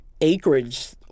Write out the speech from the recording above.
acreage